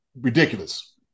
ridiculous